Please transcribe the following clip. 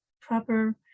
proper